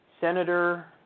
Senator